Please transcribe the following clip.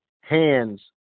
hands